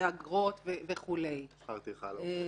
ואגרות וכו' -- שכר טרחה לעורכי דין.